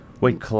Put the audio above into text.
Wait